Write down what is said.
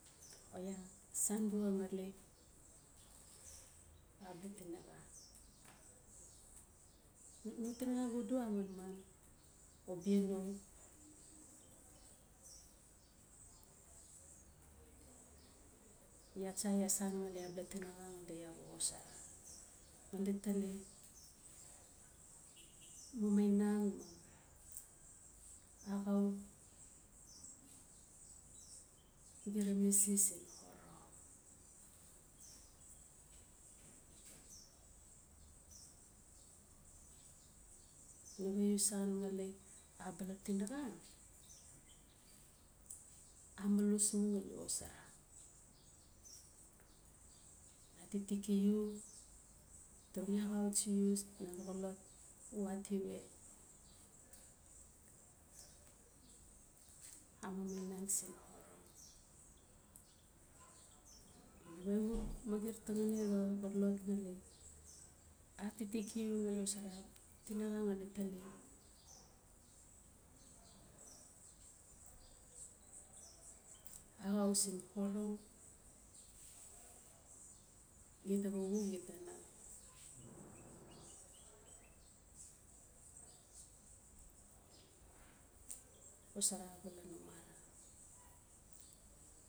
Iaa san buxa ngali abia tinaxa. No tinaxa xudu a manman o bia no. iaa tsa iaa san ngali abala tinaxa ngali iaa ba xosara. Ngali tali, mamainang ma axau girimus sun orong. nawe u san ngali abala tinaxa amalus mu ngali xosora. atitika iu, turungi axautsi iu lan xolot u ata we amanman siin atitiki iu ngali xosara tinaxa ngali tali axau siin orong. gita na xosara abal no mara.